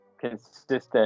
consistent